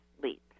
sleep